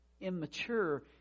immature